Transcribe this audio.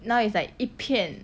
now it's like a 片